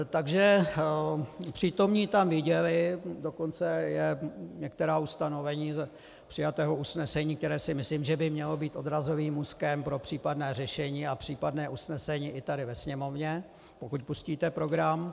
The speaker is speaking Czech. Takže přítomní tam viděli dokonce některá ustanovení přijatého usnesení, které si myslím, že by mělo být odrazovým můstkem pro případné řešení a případné usnesení i tady ve Sněmovně, pokud pustíte program.